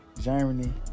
Germany